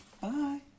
Bye